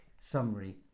summary